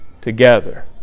together